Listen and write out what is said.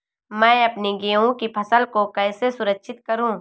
मैं अपनी गेहूँ की फसल को कैसे सुरक्षित करूँ?